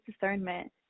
discernment